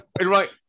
right